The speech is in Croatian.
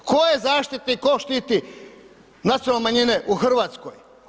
Tko je zaštitnik, tko štiti nacionalne manjine u Hrvatskoj?